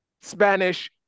Spanish